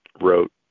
wrote